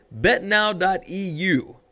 betnow.eu